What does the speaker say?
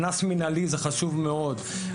קנס מנהלי זה חשוב מאוד,